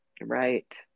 Right